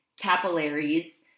capillaries